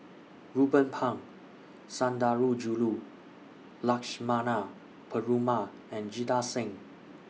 Ruben Pang Sundarajulu Lakshmana Perumal and Jita Singh